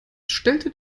stellte